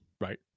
right